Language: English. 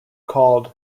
called